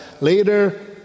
later